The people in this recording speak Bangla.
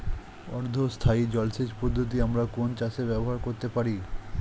অর্ধ স্থায়ী জলসেচ পদ্ধতি আমরা কোন চাষে ব্যবহার করতে পারি?